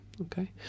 Okay